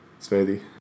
Smoothie